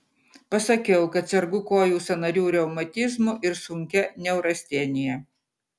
pasakiau kad sergu kojų sąnarių reumatizmu ir sunkia neurastenija